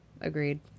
Agreed